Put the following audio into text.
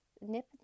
nip